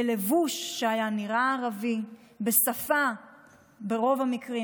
הם הגיעו בלבוש שהיה נראה ערבי, בשפה שברוב המקרים